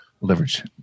leverage